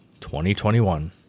2021